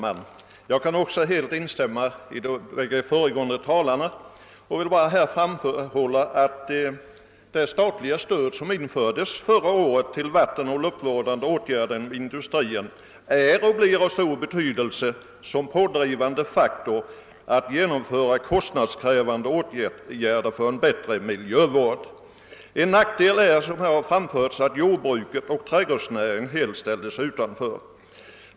Herr talman! Jag kan helt instämma i vad de båda föregående talarna har anfört och vill endast framhålla att det statliga stöd, som infördes förra året till vattenoch luftvårdande åtgärder inom industrin, är och blir av stor betydelse som pådrivande faktor för att genomföra kostnadskrävande åtgärder för en bättre miljövård. En nackdel är, som tidigare anförts, att jordbruket och trädgårdsnäringen helt ställdes utanför.